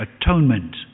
atonement